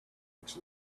its